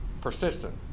Persistent